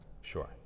Sure